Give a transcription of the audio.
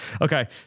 Okay